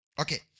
Okay